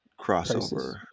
crossover